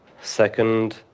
Second